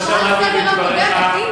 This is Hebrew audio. שמעתי בדבריך מה אתה מציע.